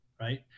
right